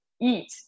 eat